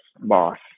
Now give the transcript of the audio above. boss